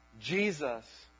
Jesus